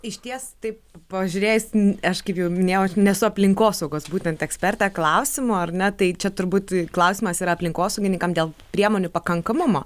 išties taip pažiūrėsim aš kaip jau minėjau aš nesu aplinkosaugos būtent ekspertė klausimų ar ne tai čia turbūt klausimas yra aplinkosaugininkam dėl priemonių pakankamumo